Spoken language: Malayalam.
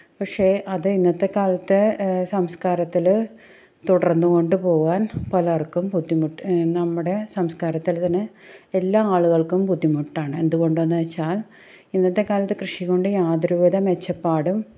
പക്ഷെ അത് ഇന്നത്തെക്കാലത്തെ സംസ്കാരത്തിൽ തുടര്ന്നു കൊണ്ടു പോകാന് പലര്ക്കും ബുദ്ധിമുട്ട് നമ്മുടെ സംസ്കാരത്തിൽ തന്നെ എല്ലാ ആളുകള്ക്കും ബുദ്ധിമുട്ടാണ് എന്തുകൊണ്ടെന്നു വെച്ചാല് ഇന്നത്തെക്കാലത്ത് കൃഷി കൊണ്ട് യാതൊരു വിധ മെച്ചപ്പാടും